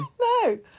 No